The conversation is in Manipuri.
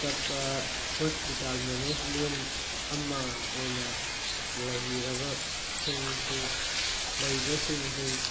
ꯆꯠꯄ ꯍꯣꯁꯄꯤꯇꯥꯜ ꯃꯦꯅꯦꯖꯃꯦꯟ ꯑꯃ ꯑꯣꯏꯅ ꯂꯩꯔꯤꯕꯁꯤꯡ ꯁꯤꯡ ꯂꯩꯔꯤꯕꯁꯤꯡꯁꯤꯡ